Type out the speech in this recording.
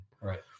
right